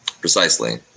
Precisely